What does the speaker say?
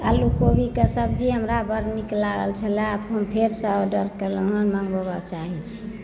आलू कोबी के शब्जी हमरा बड नीक लागल छलय एखन फेर सॅं ऑडर केलहुॅं हन हम मगबऽ चाहैत छी